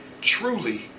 truly